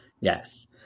Yes